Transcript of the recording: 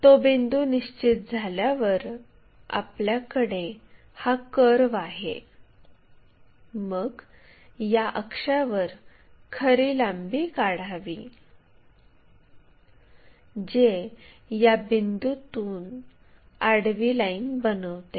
तो बिंदू निश्चित झाल्यावर आपल्याकडे हा कर्व आहे मग या अक्षावर खरी लांबी काढावी जे या बिंदूमधून आडवी लाईन बनवते